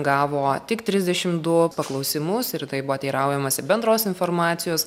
gavo tik trisdešimt du paklausimus ir taip buvo teiraujamasi bendros informacijos